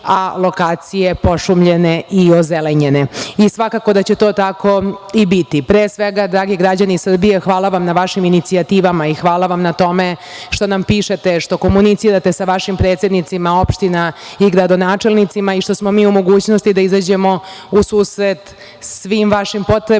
a lokacije pošumljene i ozelenjene. Svakako da će to tako i biti. Pre svega, dragi građani Srbije, hvala vam na vašim inicijativama i hvala vam na tome što nam pišete, što komunicirate sa vašim predsednicima opština i gradonačelnicima i što smo mi u mogućnosti da izađemo u susret svim vašim potrebama